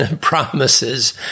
promises